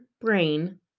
brain